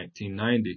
1990